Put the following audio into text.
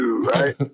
right